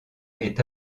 est